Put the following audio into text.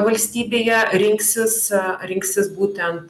valstybėje rinksis rinksis būtent